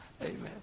Amen